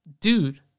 dude